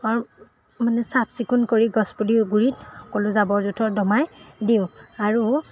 আৰু মানে চাফচিকুণ কৰি গছপুলিৰ গুৰিত সকলো জাবৰ জোঁথৰ দমাই দিওঁ আৰু